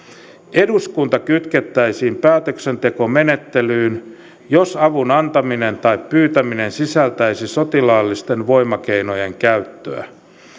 eduskunta kytkettäisiin päätöksentekomenettelyyn jos avun antaminen tai pyytäminen sisältäisi sotilaallisten voimakeinojen käyttöä